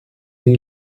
die